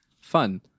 Fun